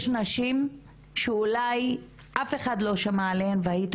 יש נשים שאולי אף אחד לא שמע עליהן והייתי